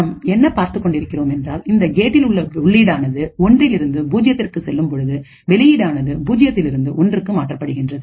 நாம் என்ன பார்த்துக் கொண்டிருக்கிறோம் என்றால் இந்த கேட்டில் உள்ள உள்ளிட்டானது ஒன்றிலிருந்து பூஜ்ஜியத்திற்கு செல்லும்பொழுது வெளியீடானது பூஜ்ஜியத்தில் இருந்து ஒன்றுக்கு மாற்றப்படுகின்றது